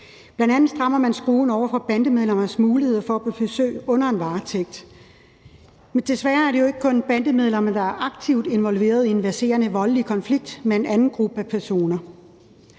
Bl.a. strammer man skruen over for bandemedlemmernes mulighed for at få besøg under en varetægtsfængsling. Men desværre er det jo ikke kun bandemedlemmer, der er aktivt involverede i en verserende voldelig konflikt med en anden gruppe personer.